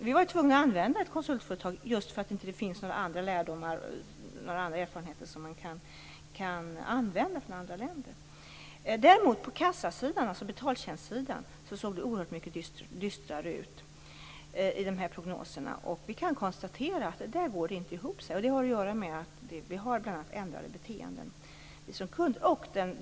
Vi var tvungna att använda ett konsultföretag just därför att det inte finns några andra erfarenheter från andra länder som man kan använda. På kassasidan, dvs. betaltjänsterna, såg det däremot oerhört mycket dystrare ut i de här prognoserna. Vi kan konstatera att där går det inte ihop. Det har bl.a. att göra med att vi som kunder har ändrat beteende.